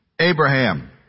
Abraham